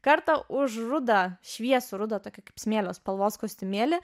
kartą už rudą šviesų rudą tokia kaip smėlio spalvos kostiumėlį